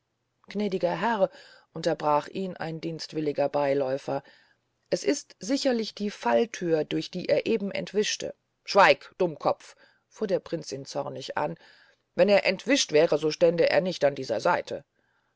gnädiger herr unterbrach ihn ein dienstwilliger beyläufer es war sicherlich die fallthür durch die er eben entwischte schweig dummkopf fuhr der prinz ihn zornig an wenn er entwischt wäre so ständ er nicht an dieser seite